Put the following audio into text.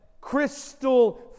crystal